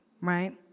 right